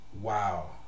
Wow